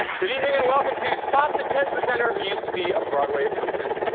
good evening and welcome to spot the ted presenter who used to be a broadway accompanist.